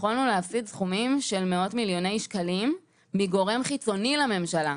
יכולנו להפסיד סכומים של מאות מיליוני שקלים מגורם חיצוני לממשלה.